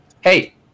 Hey